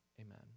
Amen